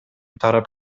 тарап